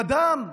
הם אדם.